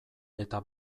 eta